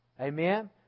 Amen